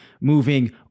moving